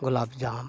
ᱜᱳᱞᱟᱯ ᱡᱟᱢ